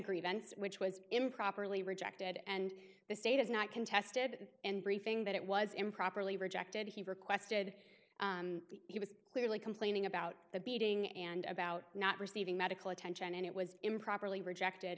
prevents which was improperly rejected and the state has not contested and briefing that it was improperly rejected he requested he was clearly complaining about the beating and about not receiving medical attention and it was improperly